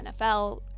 NFL